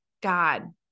God